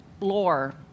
lore